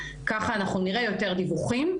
ככה אנחנו נראה יותר דיווחים.